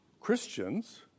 Christians